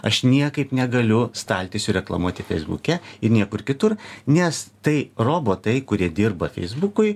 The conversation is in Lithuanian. aš niekaip negaliu staltiesių reklamuoti feisbuke ir niekur kitur nes tai robotai kurie dirba feisbukui